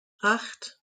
acht